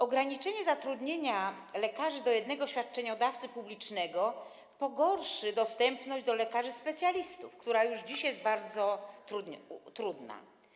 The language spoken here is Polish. Ograniczenie zatrudnienia lekarzy do jednego świadczeniodawcy publicznego pogorszy dostęp do lekarzy specjalistów, który już dziś jest bardzo trudny.